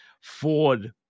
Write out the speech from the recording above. Ford